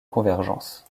convergence